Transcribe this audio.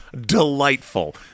delightful